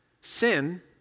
Sin